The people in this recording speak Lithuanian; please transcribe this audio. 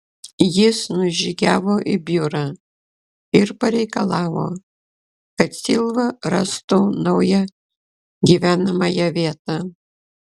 jis nužygiavo į biurą ir pareikalavo kad silva rastų naują gyvenamąją vietą